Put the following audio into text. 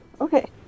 Okay